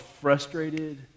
frustrated